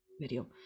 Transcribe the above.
video